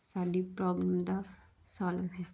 ਸਾਡੀ ਪ੍ਰੋਬਲਮ ਦਾ ਸਾਲਵ ਹੈ